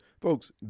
Folks